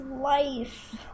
life